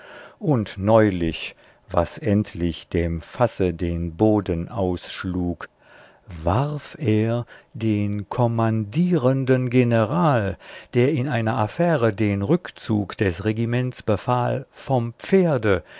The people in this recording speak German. und neulich was endlich dem fasse den boden ausschlug warf er den kommandierenden general der in einer affäre den rückzug des regiments befahl vom pferde